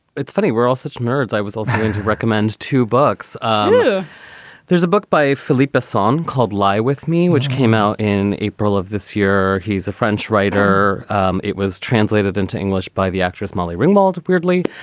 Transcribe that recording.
it's funny, we're all such nerds. i was also going to recommend two books. um there's a book by philip, a song called lie with me, which came out in april of this year. he's a french writer it was translated into english by the actress molly ringwald, weirdly,